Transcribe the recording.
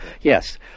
Yes